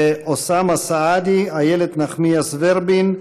זה אוסאמה סעדי, איילת נחמיאס ורבין,